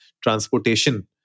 transportation